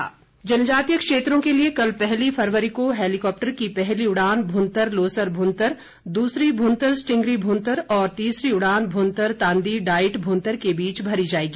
उड़ान जनजातीय क्षेत्रों के लिए कल पहली फरवरी को हेलीकॉप्टर की पहली उड़ान भुंतर लोसर भुंतर दूसरी भुंतर स्टिंगरी भुंतर और तीसरी उड़ान भुंतर तांदी डाईट भुंतर के बीच भरी जाएगी